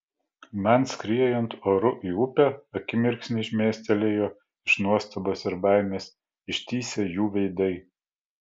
man skriejant oru į upę akimirksniui šmėstelėjo iš nuostabos ir baimės ištįsę jų veidai